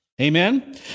Amen